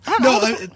No